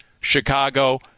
Chicago